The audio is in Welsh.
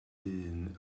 ddyn